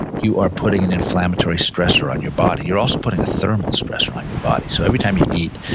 you are putting an inflammatory stressor on your body. you're also putting a thermal stressor on your body, so every time you eat,